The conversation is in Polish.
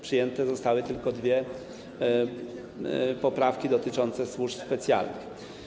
Przyjęte zostały tylko dwie poprawki dotyczące służb specjalnych.